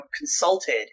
consulted